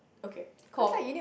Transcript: okay called